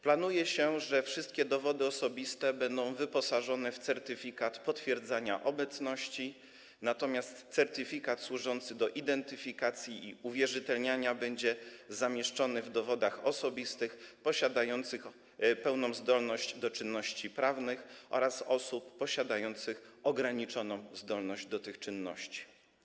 Planuje się, że wszystkie dowody osobiste będą wyposażone w certyfikat potwierdzania obecności, natomiast certyfikat służący do identyfikacji i uwierzytelniania będzie zamieszczony w dowodach osobistych osób posiadających pełną zdolność do czynności prawnych oraz osób posiadających ograniczoną zdolność do tych czynności.